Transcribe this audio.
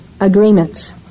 agreements